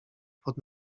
pod